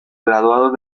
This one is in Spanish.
graduados